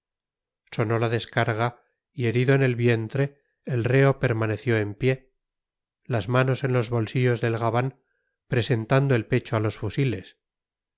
rezar sonó la descarga y herido en el vientre el reo permaneció en pie las manos en los bolsillos del gabán presentando el pecho a los fusiles